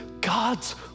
God's